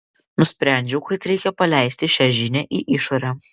nusprendžiau kad reikia paleisti šią žinią į išorę